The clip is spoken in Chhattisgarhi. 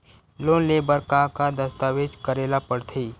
लोन ले बर का का दस्तावेज करेला पड़थे?